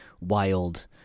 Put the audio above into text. wild